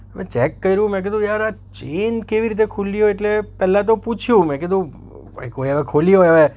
હવે ચેક કર્યું મેં કીધું યાર આ ચેન કેવી રીતે ખૂલી હોય એટલે પહેલાં તો પૂછ્યું મેં કીધું ભાઇ કોઈએ હવે ખોલી હોય હવે